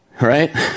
right